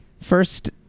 First